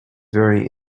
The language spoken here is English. very